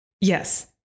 Yes